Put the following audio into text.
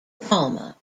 palma